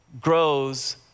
grows